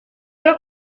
los